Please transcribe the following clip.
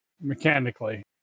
mechanically